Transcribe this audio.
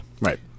Right